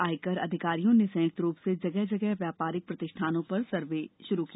आयकर अधिकारियों ने संयुक्त रूप से जगह जगह व्यापारिक प्रतिष्ठानों पर सर्वे शुरू किया